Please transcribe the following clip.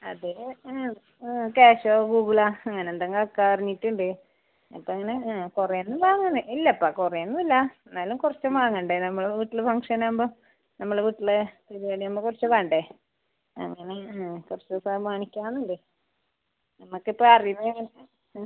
അതെ ആ ക്യാഷോ ഗൂഗിളാ അങ്ങനെ എന്തെങ്കിലും ആക്കറിഞ്ഞിട്ട്ണ്ട് ഇപ്പോൾ അങ്ങനെ ആ കുറേ ഒന്നും വാങ്ങുന്നില്ല ഇല്ലപ്പാ കുറേ ഒന്നും ഇല്ല എന്നാലും കുറച്ച് വാങ്ങണ്ടേ നമ്മളെ വീട്ടിൽ ഫംഗ്ഷൻ ആവുമ്പോൾ നമ്മളെ വീട്ടിൽ പരിപാടി ആവുമ്പോൾ കുറച്ച് വേണ്ടേ അങ്ങനെ ആ കുറച്ച് സാധനം മേടിക്കാന്നുണ്ട് നമ്മൾക്ക് ഇപ്പോൾ അറിവ് ആ